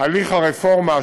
הליך הרפורמה,